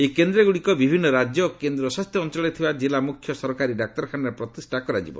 ଏହି କେନ୍ଦ୍ରଗୁଡ଼ିକ ବିଭିନ୍ନ ରାଜ୍ୟ ଓ କେନ୍ଦ୍ରଶାସିତ ଅଞ୍ଚଳରେ ଥିବା ଜିଲ୍ଲା ମୁଖ୍ୟ ସରକାରୀ ଡାକ୍ତରଖାନାରେ ପ୍ରତିଷ୍ଠା କରାଯିବ